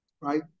Right